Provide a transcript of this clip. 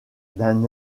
d’un